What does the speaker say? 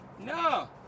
No